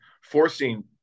forcing